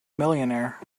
millionaire